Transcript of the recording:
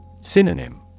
Synonym